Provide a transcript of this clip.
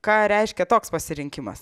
ką reiškia toks pasirinkimas